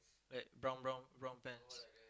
like brown brown brown pants